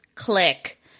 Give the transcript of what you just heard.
click